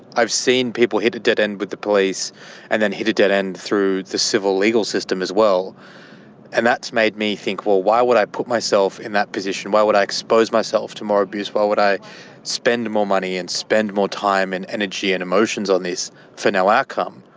i've seen people hit a dead end with the police and then hit a dead end through the civil legal system as well and that's made me think well why would i put myself in that position, why would i expose myself to more abuse? why would i spend more money and spend more time and energy and emotions on this for no outcome?